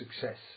success